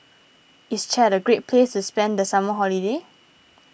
is Chad a great place to spend the summer holiday